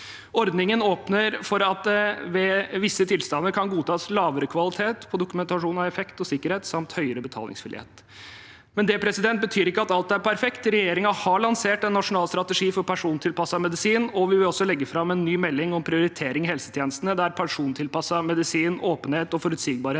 Ordningen åpner for at det ved visse tilstander kan godtas lavere kvalitet på dokumentasjonen av effekt og sikkerhet samt en høyere betalingsvillighet. Det betyr imidlertid ikke at alt er perfekt. Regjeringen har lansert en nasjonal strategi for persontilpasset medisin, og vi vil også legge fram en ny melding om prioritering i helsetjenestene, der persontilpasset medisin, åpenhet og forutsigbarhet